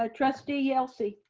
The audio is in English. ah trustee yelsey.